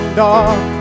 dark